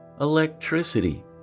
electricity